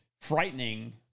frightening